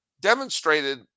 demonstrated